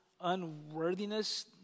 unworthiness